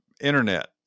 internet